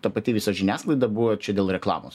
ta pati visa žiniasklaida buvo čia dėl reklamos